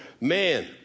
man